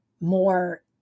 More